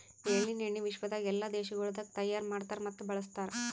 ಎಳ್ಳಿನ ಎಣ್ಣಿ ವಿಶ್ವದಾಗ್ ಎಲ್ಲಾ ದೇಶಗೊಳ್ದಾಗ್ ತೈಯಾರ್ ಮಾಡ್ತಾರ್ ಮತ್ತ ಬಳ್ಸತಾರ್